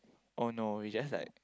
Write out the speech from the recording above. oh no we just like